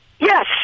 Yes